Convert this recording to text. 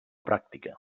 pràctica